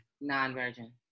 Non-virgin